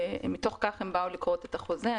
ומתוך כך הם באו לכרות את החוזה.